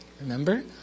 Remember